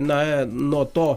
na nuo to